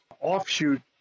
offshoot